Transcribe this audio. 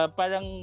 parang